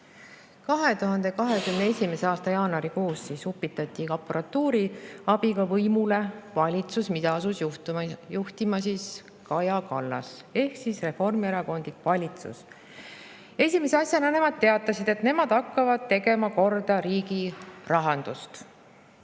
2021. aasta jaanuarikuus upitati aparatuuri abiga võimule valitsus, mida asus juhtima Kaja Kallas, ehk reformierakondlik valitsus. Esimese asjana nad teatasid, et nemad hakkavad riigi rahandust